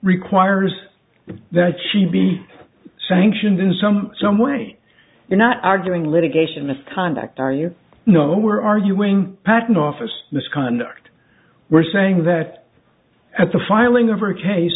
requires that she be sanctioned in some some way you're not arguing litigation misconduct or you know we're arguing patent office misconduct we're saying that at the filing of her case